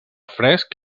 fresc